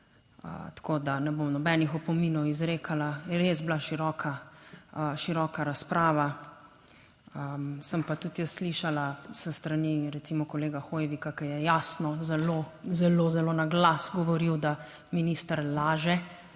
Tako da ne bom nobenih opominov izrekala, je res bila široka, široka razprava. Sem pa tudi jaz slišala s strani recimo kolega Hoivika, ki je jasno, zelo, zelo, zelo na glas govoril, da minister laže,